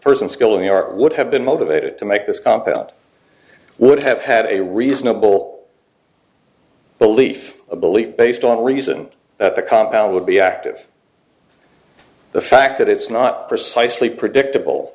art would have been motivated to make this compound would have had a reasonable belief a belief based on reason that the compound would be active the fact that it's not precisely predictable